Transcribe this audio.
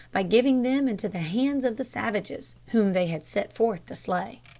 by giving them into the hands of the savages whom they had set forth to slay.